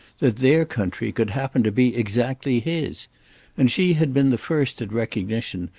that their country could happen to be exactly his and she had been the first at recognition,